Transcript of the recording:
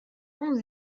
اون